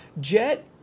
Jet